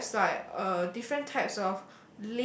perhaps like uh different types of